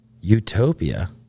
utopia